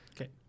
okay